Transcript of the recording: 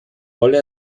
rolle